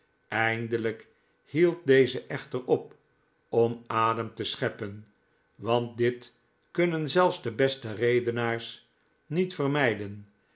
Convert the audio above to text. eindelijk hield deze echter op om adem te scheppen want dit kunnon zelfs de beste redenaars niet vermijden